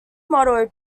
motto